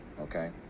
okay